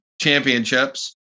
championships